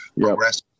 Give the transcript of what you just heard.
progress